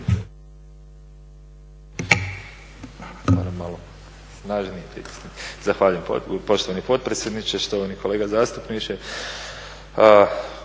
Zahvaljujem poštovani potpredsjedniče. Štovani kolega zastupniče,